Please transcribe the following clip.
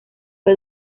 fue